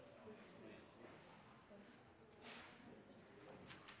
Jeg